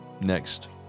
next